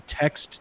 text